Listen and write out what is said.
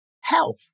Health